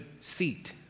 seat